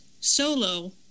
solo